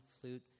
flute